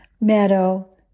meadow